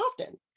often